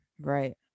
Right